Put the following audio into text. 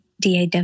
DAW